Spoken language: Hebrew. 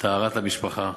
טהרת המשפחה,